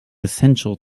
essential